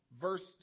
verse